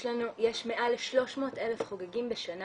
יש מעל ל-300,000 חוגגים בשנה